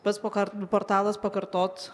pats pokart portalas pakartot